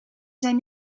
zijn